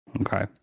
Okay